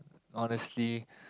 honestly